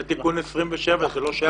זה תיקון 27. זה לא שייך לחקלאות.